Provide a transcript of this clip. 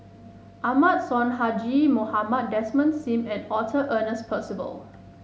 Ahmad Sonhadji Mohamad Desmond Sim and Arthur Ernest Percival